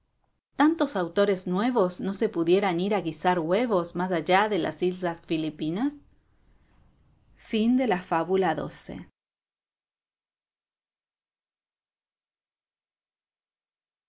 tantos autores nuevos no se pudieran ir a guisar huevos más allá de las islas filipinas fábula